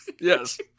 Yes